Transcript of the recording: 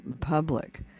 public